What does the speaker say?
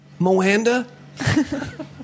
Moanda